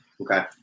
Okay